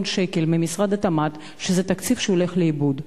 שקל ממשרד התמ"ת שזה תקציב שהולך לאיבוד.